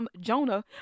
Jonah